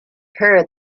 heard